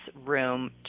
room